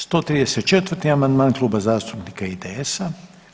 134. amandman Kluba zastupnika IDS-a.